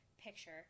picture